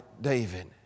David